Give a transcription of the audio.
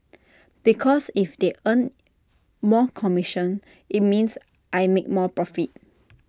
because if they earn more commission IT means I make more profit